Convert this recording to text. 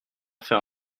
faire